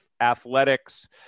athletics